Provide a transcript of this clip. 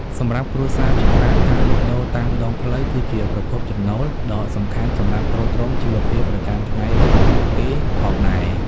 សម្រាប់គ្រួសារជាច្រើន ការលក់ដូរតាមដងផ្លូវគឺជាប្រភពចំណូលដ៏សំខាន់សម្រាប់ទ្រទ្រង់ជីវភាពប្រចាំថ្ងៃរបស់ពួកគេផងដែរ ។